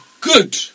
good